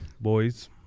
boys